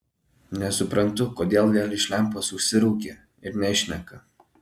nesuprantu kodėl vėl iš lempos užsiraukė ir nešneka